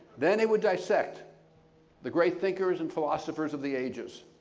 then he would dissect the great thinkers and philosophers of the ages.